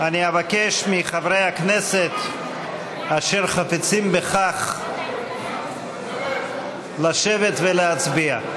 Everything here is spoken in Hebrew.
אני אבקש מחברי הכנסת אשר חפצים בכך לשבת ולהצביע.